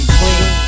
clean